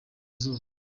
izuba